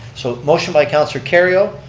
so motioned by councilor kerrio,